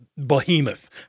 Behemoth